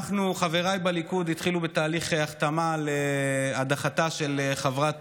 חבריי בליכוד התחילו בתהליך החתמה על הדחתה של חברת